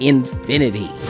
Infinity